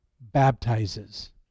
baptizes